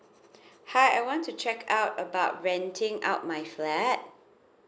hi I want to check out about renting out my flat